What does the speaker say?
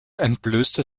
entblößte